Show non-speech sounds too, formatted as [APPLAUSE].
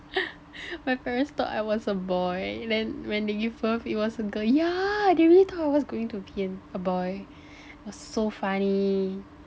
[LAUGHS] my parents thought I was a boy then when they give birth it was a girl yeah they really thought I was going to be in a boy it was so funny